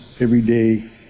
everyday